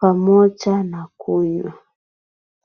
pamoja na kunywa.